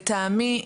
לטעמי,